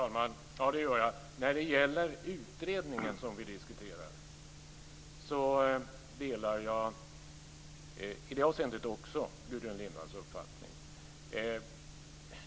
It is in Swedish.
Herr talman! Ja, det gör jag. Också när det gäller den utredning som vi diskuterar delar jag Gudrun Lindvalls uppfattning.